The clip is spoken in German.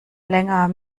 länger